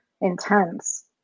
intense